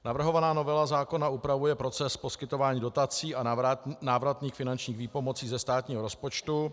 Navrhovaná novela zákona upravuje proces poskytování dotací a návratných finančních výpomocí ze státního rozpočtu.